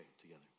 together